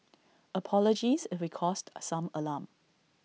apologies if we caused some alarm